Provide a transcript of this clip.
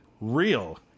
Real